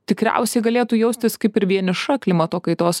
tikriausiai galėtų jaustis kaip ir vieniša klimato kaitos